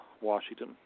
Washington